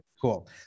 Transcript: Cool